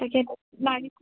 তাকে নাৰিকল